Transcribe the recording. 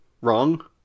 wrong